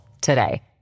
today